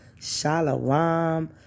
shalom